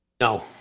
no